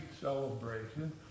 celebration